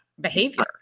behavior